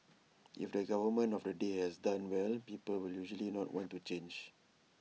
if the government of the day has done well people will usually not want to change